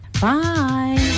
bye